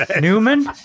Newman